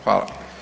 Hvala.